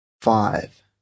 Five